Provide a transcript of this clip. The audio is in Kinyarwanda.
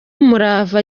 umurava